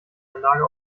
anlage